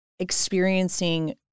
experiencing